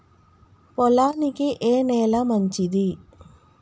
పొలానికి ఏ నేల మంచిది?